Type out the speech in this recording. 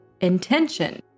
intention